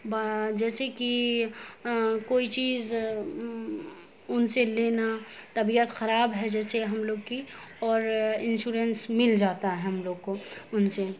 جیسے کہ کوئی چیز ان سے لینا طبیعت خراب ہے جیسے ہم لوگ کی اور انشورنس جاتا ہے ہم لوگ کو ان سے